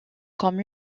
comme